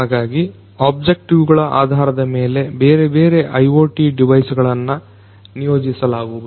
ಹಾಗಾಗಿ ಒಬ್ಜೆಕ್ಟಿವ್ ಗಳ ಆಧಾರದ ಮೇಲೆ ಬೇರೆ ಬೇರೆ IoT ಡಿವೈಸ್ಗಳನ್ನ ನಿಯೋಜಿಸಲಾಗುವುದು